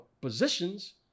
positions